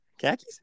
khakis